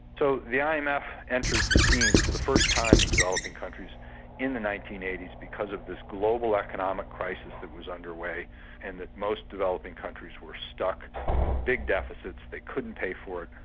so the imf enters the scene for the first time in developing countries in the nineteen eighty s because of this global economic crisis that was underway and that most developing countries were stuck with big deficits they couldn't pay for,